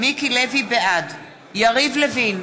בעד יריב לוין,